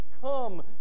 come